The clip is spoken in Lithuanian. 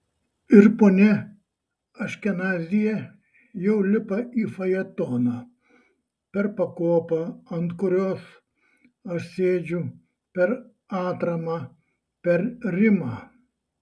ir ponia aškenazyje jau lipa į fajetoną per pakopą ant kurios aš sėdžiu per atramą per rimą